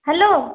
hello